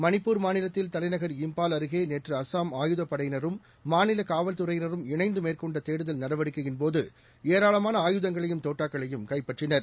மணிப்பூர் மாநிலத்தில் தலைநகர் இம்பால் அருகே நேற்று அஸ்ஸாம் ஆயுதப்படையினரும் மாநில காவல்துறையினரும் இணைந்து மேற்கொண்ட தேடுதல் நடவடிக்கையின்போது ஏராளமான ஆயுதங்களையும் தோட்டாக்களையும் கைப்பற்றினர்